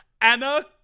Anna